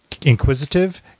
inquisitive